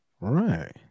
right